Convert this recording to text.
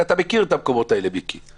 אתה מכיר את המקומות האלה, מיקי.